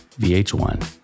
VH1